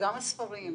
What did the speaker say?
גם הספרים,